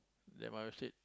then my wife said